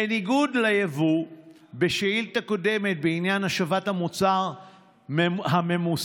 בניגוד לייבוא בשאילתה קודמת בעניין השבת המוצר הממוסה,